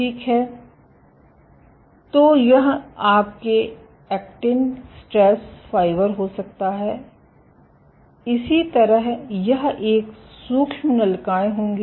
ठीक है तो यह आपके एक्टिन स्ट्रैस फाइबर हो सकता है इसी तरह यह एक सूक्ष्म नलिकाएं होगी